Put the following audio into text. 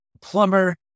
plumber